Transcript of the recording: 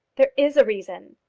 there is a reason.